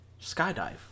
skydive